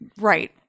Right